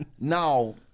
now